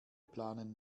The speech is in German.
planen